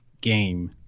game